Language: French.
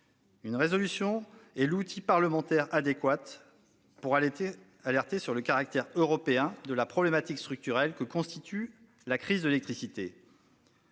une résolution est l'outil parlementaire adéquat pour alerter sur le caractère européen de la problématique structurelle que constitue la crise de l'électricité.